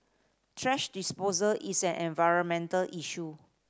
thrash disposal is an environmental issue